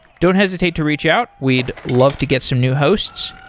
don't hesitate to reach out. we'd love to get some new hosts.